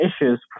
issues